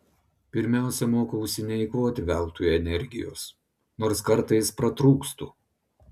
pirmiausia mokausi neeikvoti veltui energijos nors kartais pratrūkstu